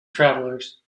travelers